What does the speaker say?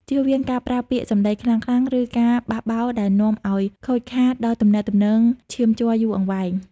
ជៀសវាងការប្រើពាក្យសម្តីខ្លាំងៗ ឬការបះបោរដែលនាំឱ្យខូចខាតដល់ទំនាក់ទំនងឈាមជ័រយូរអង្វែង។